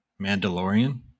Mandalorian